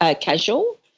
casual